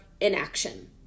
inaction